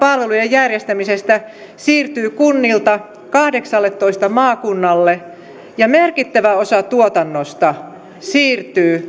järjestämisestä siirtyy kunnilta kahdeksalletoista maakunnalle ja merkittävä osa tuotannosta siirtyy